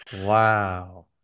Wow